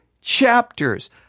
chapters